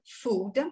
food